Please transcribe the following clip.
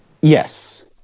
Yes